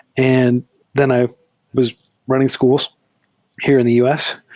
and then i was running schools here in the u s.